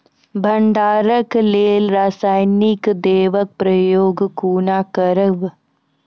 भंडारणक लेल रासायनिक दवेक प्रयोग कुना करव?